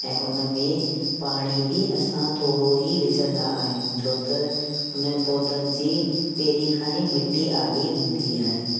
ऐं उनमें पाणी बि असां थोरो ई विझंदा आहियूं छो त उन पोधनि जी पहिरीं खां ई मिट्टी आली हूंदी आहे